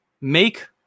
make